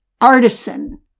artisan